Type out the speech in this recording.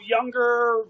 younger